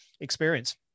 experience